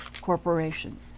Corporation